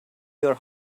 your